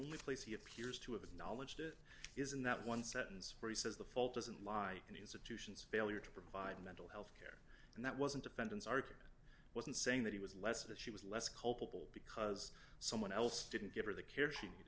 only place he appears to have knowledge that is in that one sentence for he says the fault doesn't lie in institutions failure to provide mental health and that wasn't defendant's argument wasn't saying that he was less that she was less culpable because someone else didn't give her the care she